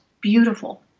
beautiful